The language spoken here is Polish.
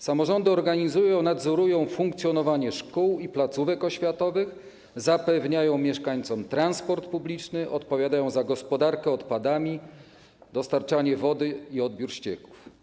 Samorządy organizują, nadzorują funkcjonowanie szkół i placówek oświatowych, zapewniają mieszkańcom transport publiczny, odpowiadają za gospodarkę odpadami, dostarczanie wody i odbiór ścieków.